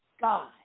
God